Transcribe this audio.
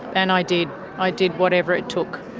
and i did i did whatever it took.